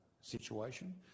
situation